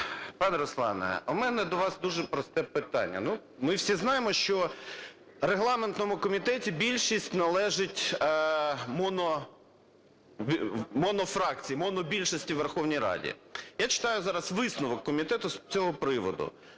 Пане Руслане, а у мене до вас дуже просте питання. Ми всі знаємо, що в регламентному комітеті більшість належить монофракції, монобільшості у Верховній Раді. Я читаю зараз висновок комітету з цього приводу: